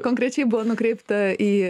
konkrečiai buvo nukreipta į